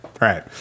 right